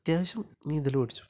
അത്യാവശ്യം നീന്തല് പഠിച്ചു